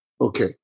Okay